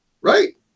Right